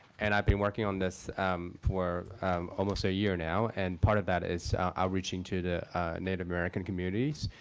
and i've been working on this for almost a year now. and part of that is outreaching to the native american communities.